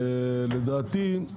לדעתי,